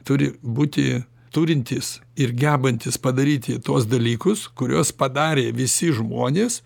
turi būti turintys ir gebantys padaryti tuos dalykus kuriuos padarė visi žmonės